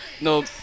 No